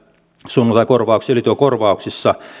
sunnuntaikorvauksissa ylityökorvauksissa